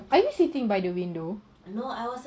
are you sitting by the window